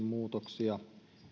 muutoksia